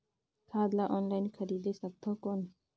खाद ला ऑनलाइन खरीदे सकथव कौन?